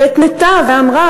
והתנתה ואמרה,